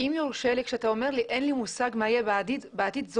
כשאתה אומר שאין לך מושג מה יהיה בעתיד זאת